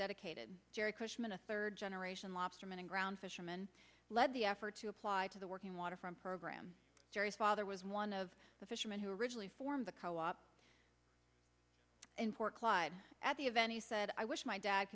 dedicated gerry cushman a third generation lobstermen a ground fisherman led the effort to apply to the working waterfront program jerry's father was one of the fishermen who originally formed the co op in port clyde at the event he said i wish my dad